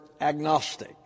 agnostic